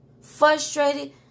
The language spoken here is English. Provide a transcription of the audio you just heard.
frustrated